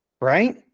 Right